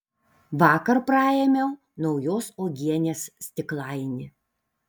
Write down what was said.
vakar praėmiau naujos uogienės stiklainį